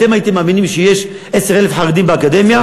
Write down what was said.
אתם הייתם מאמינים שיש 10,000 חרדים באקדמיה?